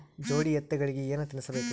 ಜೋಡಿ ಎತ್ತಗಳಿಗಿ ಏನ ತಿನಸಬೇಕ್ರಿ?